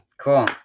cool